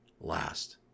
last